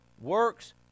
works